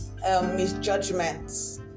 misjudgments